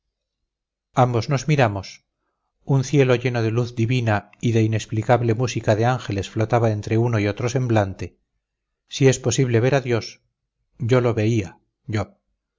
ambos nos miramos un cielo lleno de luz divina y de inexplicable música de ángeles flotaba entre uno y otro semblante si es posible ver a dios yo lo veía yo